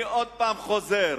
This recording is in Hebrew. אני עוד הפעם חוזר,